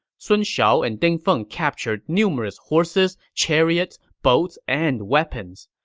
sun shao and ding feng captured numerous horses, chariots, boats, and weapons.